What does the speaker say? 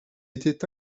était